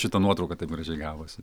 šita nuotrauka taip gražiai gavosi